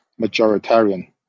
majoritarian